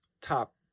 top